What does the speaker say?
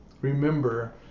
Remember